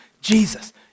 Jesus